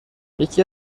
یکی